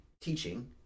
teaching